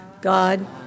God